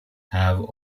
have